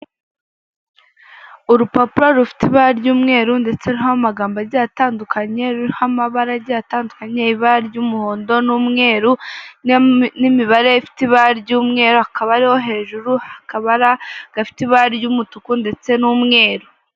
Urupapuro rufite ibara ry'umweru, ndetse ariho amagambo agiye atandukanye, ruriho amabara agaiye atandukanye, ibara ryumuhondo numweru, n'imibare ifite ibara ry'umweru hakaba hariho hejuru akabara gafite ibara ry'umumutuku ndetse n'umweru.